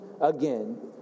again